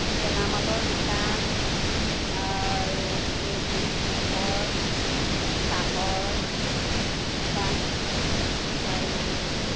গেলামালৰ দোকান আৰু কে পি শিখৰ চাহৰ দোকান আৰু